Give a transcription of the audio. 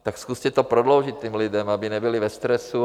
Tak zkuste to prodloužit těm lidem, aby nebyli ve stresu.